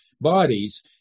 bodies